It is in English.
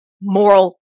moral